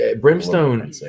Brimstone